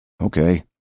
okay